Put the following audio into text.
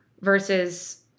versus